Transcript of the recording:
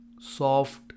soft